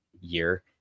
year